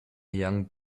young